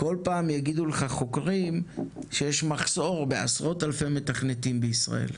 כל פעם יגידו לך חוקרים שיש מחסור בעשרות אלפי מתכנתים בישראל.